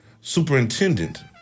superintendent